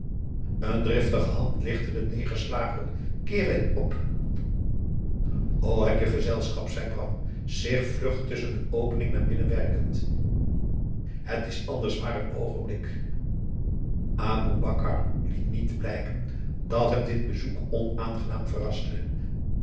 een driftige hand lichtte de neergelaten kerê op o heb je gezelschap zei bram zich vlug tusschen de opening naar binnen werkend het is anders maar een oogenblik aboe bakar liet niet blijken dat hem dit bezoek onaangenaam verraste